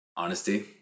Honesty